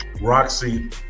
Roxy